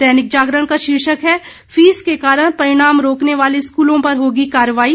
दैनिक जागरण का शीर्षक है फीस के कारण परिणाम रोकने वाले स्कूलों पर होगी कार्रवाई